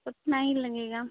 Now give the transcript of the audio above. उतना ही लगेगा